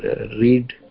read